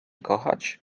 kochać